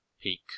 peak